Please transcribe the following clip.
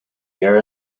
air